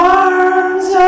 arms